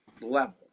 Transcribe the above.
level